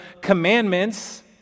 commandments